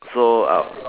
so uh